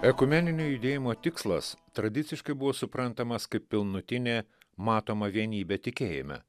ekumeninio judėjimo tikslas tradiciškai buvo suprantamas kaip pilnutinė matoma vienybė tikėjime